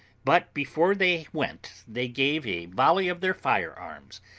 but before they went they gave a volley of their fire-arms,